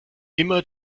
immer